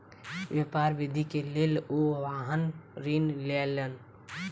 व्यापार वृद्धि के लेल ओ वाहन ऋण लेलैन